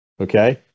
okay